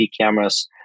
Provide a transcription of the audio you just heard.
cameras